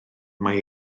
mae